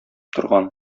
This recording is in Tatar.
торган